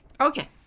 Okay